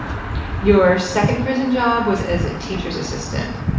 your second prison job was as a teacher's assistant.